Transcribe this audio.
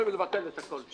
את הכול.